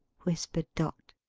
whispered dot.